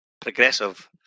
progressive